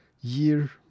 year